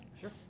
sure